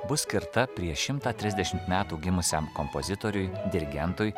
bus skirta prieš šimtą trisdešimt metų gimusiam kompozitoriui dirigentui